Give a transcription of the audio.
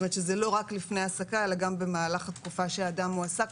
כלומר זה לא רק לפני העסקה אלא גם במהלך התקופה שאדם מועסק,